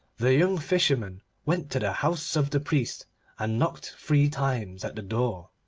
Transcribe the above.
the young fisherman went to the house of the priest and knocked three times at the door.